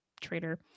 trader